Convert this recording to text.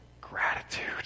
gratitude